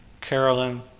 Carolyn